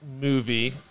movie